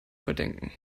überdenken